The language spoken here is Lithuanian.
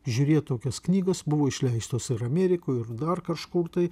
žiūrėt tokias knygos buvo išleistos ir amerikoj ir dar kažkur tai